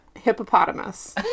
Hippopotamus